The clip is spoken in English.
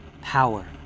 Power